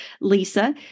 Lisa